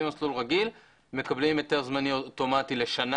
במסלול רגיל מקבלים היתר זמני אוטומטי לשנה.